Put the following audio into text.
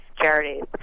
charities